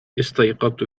استيقظت